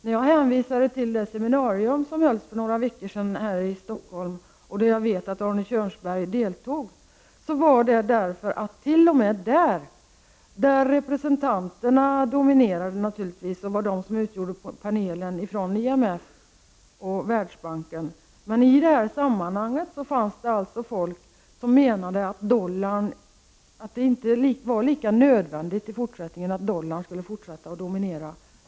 När jag hänvisade till det seminarium som hölls för några veckor sedan här i Stockholm och där jag vet att Arne Kjörnsberg deltog, var det därför att det t.o.m. vid det seminariet, där panelen dominerades av representanter för IMF och Världsbanken, fanns folk som menade att det inte var lika nödvändigt i fortsättningen att dollarn skulle dominera.